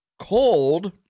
cold